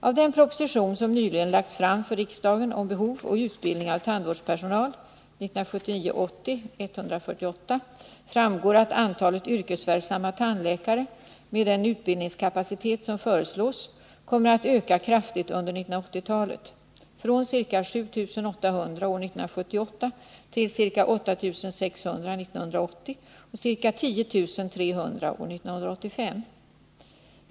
Av den proposition som nyligen lagts fram för riksdagen om behov och utbildning av tandvårdspersonal framgår att antalet yrkesverk Nr 142 samma tandläkare — med den utbildningskapacitet som föreslås — kommer att öka kraftigt under 1980-talet, från ca 7 800 år 1978 till ca 8 600 år 1980 och ca 10300 år 1985.